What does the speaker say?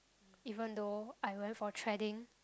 even though I went for threading